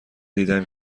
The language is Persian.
دیدهام